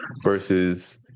versus